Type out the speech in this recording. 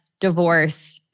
divorce